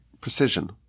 precision